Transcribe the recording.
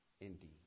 indeed